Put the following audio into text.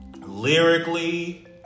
lyrically